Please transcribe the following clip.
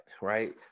right